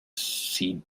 seed